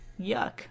yuck